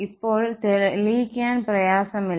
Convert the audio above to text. ഇപ്പോൾ തെളിയിക്കാൻ പ്രയാസമില്ല